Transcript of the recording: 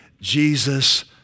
Jesus